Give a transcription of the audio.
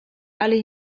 ale